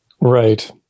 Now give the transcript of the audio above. Right